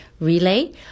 relay